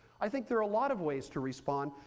i think there are a lot of ways to respond.